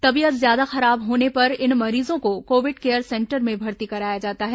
तबीयत ज्यादा खराब होने पर इन मरीजों को कोविड केयर सेंटर में भर्ती कराया जाता है